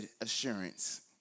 assurance